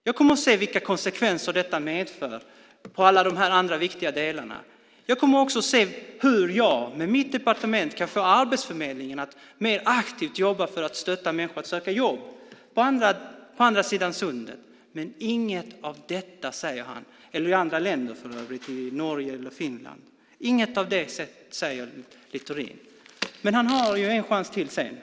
Jag kommer att se vilka konsekvenser detta medför när det gäller alla de andra viktiga delarna. Jag kommer också att se hur jag, med mitt departement, kan få Arbetsförmedlingen att mer aktivt jobba för att stötta människor att söka jobb på andra sidan sundet eller i andra länder, i Norge eller i Finland. Men inget av detta säger han. Inget av det säger Littorin. Men han har en chans till sedan.